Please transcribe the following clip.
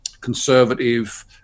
conservative